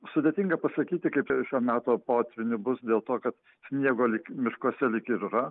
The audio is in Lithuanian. sudėtinga pasakyti kaip su šių metų potvyniu bus dėl to kad sniego lyg miškuose lyg ir yra